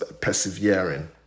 persevering